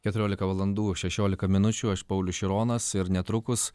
keturiolika valandų šešiolika minučių aš paulius šironas ir netrukus